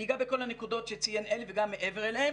אני אגע בכל הנקודות שציין עלי וגם מעבר אליהן.